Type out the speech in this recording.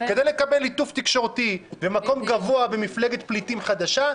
כדי לקבל ליטוף תקשורתי ומקום גבוה במפלגת פליטים חדשה,